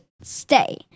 stay